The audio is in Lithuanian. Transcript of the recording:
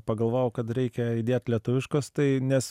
pagalvojau kad reikia įdėt lietuviškos tai nes